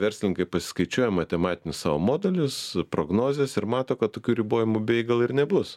verslininkai pasiskaičiuoja matematinius savo modelius prognozes ir mato kad tokių ribojimų bei gal ir nebus